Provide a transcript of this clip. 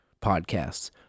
podcasts